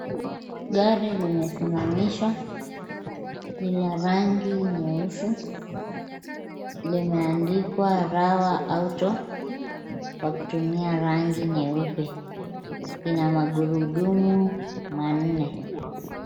Gari limesimamishwa ni la rangi nyeusi ,limeandikwa Rawa Auto kwa kutumia rangi nyeupe .Lina magurudumu manne.